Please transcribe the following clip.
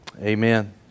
amen